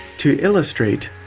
to illustrate,